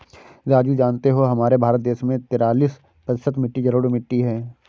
राजू जानते हो हमारे भारत देश में तिरालिस प्रतिशत मिट्टी जलोढ़ मिट्टी हैं